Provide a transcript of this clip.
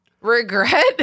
regret